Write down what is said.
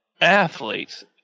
athletes